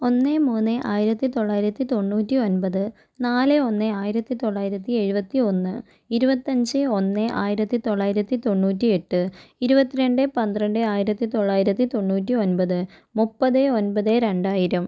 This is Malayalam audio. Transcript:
ഒന്ന് മൂന്ന് ആയിരത്തി തൊള്ളായിരത്തി തൊണ്ണൂറ്റി ഒന്പത് നാല് ഒന്ന് ആയിരത്തി തൊള്ളായിരത്തി എഴുപത്തി ഒന്ന് ഇരുപത്തഞ്ച് ഒന്ന് ആയിരത്തി തൊള്ളായിരത്തി തൊണ്ണൂറ്റിയെട്ട് ഇരുപത്തി രണ്ട് പന്ത്രണ്ട് ആയിരത്തി തൊള്ളായിരത്തി തൊണ്ണൂറ്റി ഒന്പത് മുപ്പത് ഒന്പത് രണ്ടായിരം